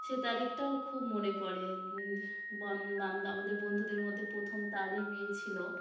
সে তারিখটাও খুব মনে পড়ে বান্ধ আমাদের বন্ধুদের মধ্যে প্রথম তারই বিয়ে ছিল